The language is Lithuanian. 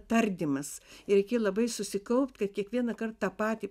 tardymas reikėjo labai susikaupt kad kiekvieną kart patį